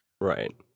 right